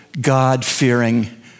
God-fearing